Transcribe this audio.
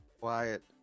Quiet